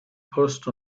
post